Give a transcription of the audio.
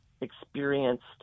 experienced